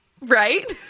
Right